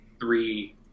three